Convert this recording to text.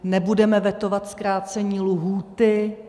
Nebudeme vetovat zkrácení lhůty.